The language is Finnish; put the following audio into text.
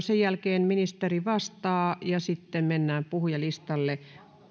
sen jälkeen ministeri vastaa ja sitten mennään puhujalistalle